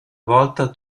volta